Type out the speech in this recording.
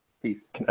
Peace